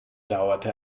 dauerte